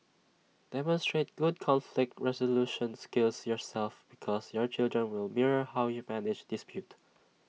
demonstrate good conflict resolution skills yourself because your children will mirror how you manage dispute